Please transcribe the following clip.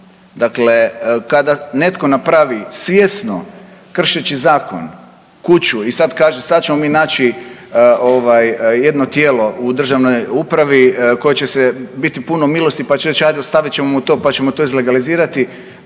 Dakle, kada netko napravi svjesno kršeći zakon kuću i sad kaže sada ćemo mi naći jedno tijelo u državnoj upravi koje će biti puno milosti pa će reć hajde